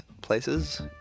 places